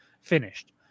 finished